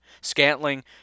Scantling